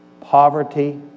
poverty